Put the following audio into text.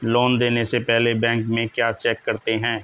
Loan देने से पहले बैंक में क्या चेक करते हैं?